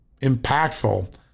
impactful